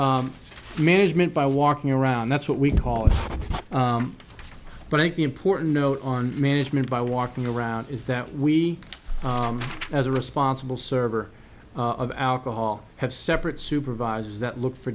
are management by walking around that's what we call it but i think the important note on management by walking around is that we as a responsible server of alcohol have separate supervisors that look for